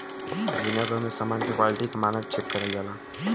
दुनिया भर में समान के क्वालिटी क मानक चेक करल जाला